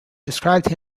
described